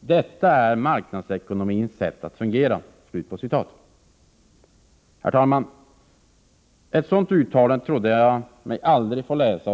Detta är marknadsekonomins sätt att fungera.” Herr talman! Ett sådant uttalande av socialdemokraterna trodde jag mig aldrig få läsa